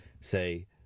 say